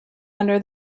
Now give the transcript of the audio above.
under